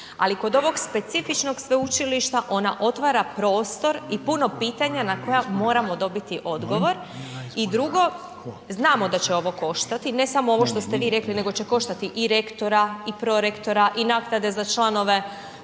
Ali kod ovog specifičnog sveučilišta, ona otvara prostor i puno pitanja na koja moramo dobiti odgovor. I drugo, znamo da će ovo koštati, ne samo ovo što ste vi rekli, nego će koštati i rektora i prorektora i naknade za članove